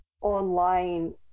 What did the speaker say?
online